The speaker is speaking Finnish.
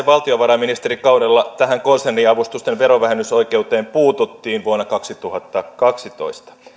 valtiovarainministerikaudella tähän konserniavustusten verovähennysoikeuteen puututtiin vuonna kaksituhattakaksitoista